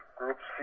groups